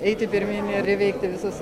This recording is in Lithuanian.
eiti pirmyn ir įveikti visus